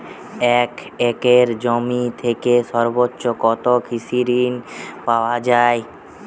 এক একর জমি থেকে সর্বোচ্চ কত কৃষিঋণ পাওয়া য়ায়?